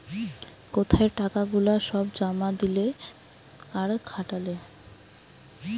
কোথায় টাকা গুলা সব জমা দিলে আর খাটালে